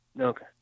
okay